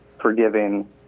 forgiving